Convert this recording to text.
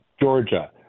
Georgia